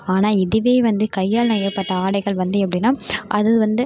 ஆனால் இதுவே வந்து கையால் நெய்யப்பட்ட ஆடைகள் வந்து எப்படின்னா அதுவந்து